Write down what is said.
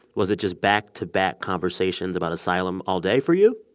was it just back-to-back conversations about asylum all day for you?